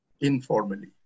informally